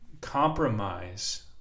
Compromise